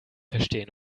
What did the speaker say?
verstehen